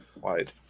wide